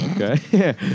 Okay